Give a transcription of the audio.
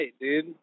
dude